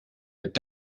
mit